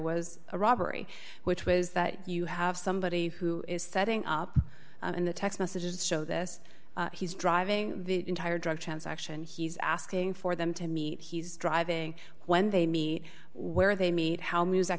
was a robbery which was that you have somebody who is setting up and the text messages show this he's driving the entire drug transaction he's asking for them to meet he's driving when they meet where they meet how music